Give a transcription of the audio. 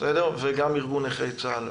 וגם ארגון נכי צה"ל.